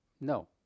no